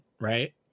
right